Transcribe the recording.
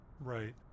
Right